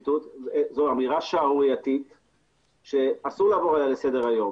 זו אמירה שערורייתית שאסור לעבור עליה לסדר היום.